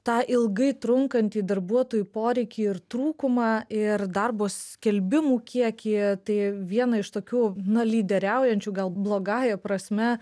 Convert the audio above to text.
tą ilgai trunkantį darbuotojų poreikį ir trūkumą ir darbo skelbimų kiekį tai viena iš tokių na lyderiaujančių gal blogąja prasme